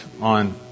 on